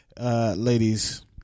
Ladies